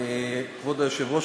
כבוד היושבת-ראש,